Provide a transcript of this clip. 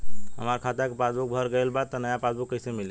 हमार खाता के पासबूक भर गएल बा त नया पासबूक कइसे मिली?